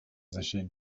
значение